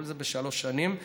כל זה בשלוש שנים.